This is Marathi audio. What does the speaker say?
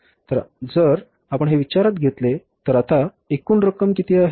तर जर आपण हे विचारात घेतले तर आता एकूण रक्कम किती आहे